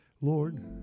Lord